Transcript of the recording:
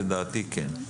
לדעתי כן.